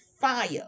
fire